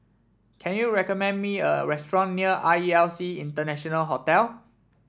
can you recommend me a restaurant near R E L C International Hotel